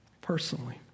personally